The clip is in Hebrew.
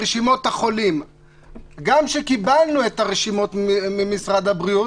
גם כשקיבלנו את הרשימות ממשרד הבריאות,